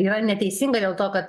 yra neteisinga dėl to kad